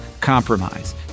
compromise